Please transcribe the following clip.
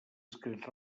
escrit